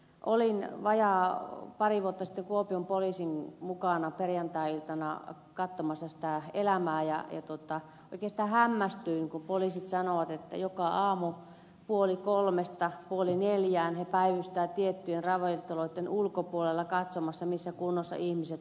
olin vajaat pari vuotta sitten kuopion poliisin mukana perjantai iltana katsomassa sitä elämää ja oikeastaan hämmästyin kun poliisit sanoivat että joka aamu puoli kolmesta puoli neljään he päivystävät tiettyjen ravintoloitten ulkopuolella katsomassa missä kunnossa ihmiset tulevat ulos